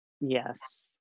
Yes